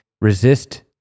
resist